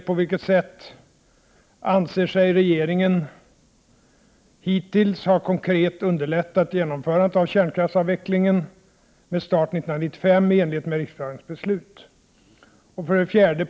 På vilket sätt anser sig regeringen hittills konkret ha underlättat genomförandet av kärnkraftsavvecklingen, med start 1995, i enlighet med riksdagens beslut? 4.